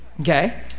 Okay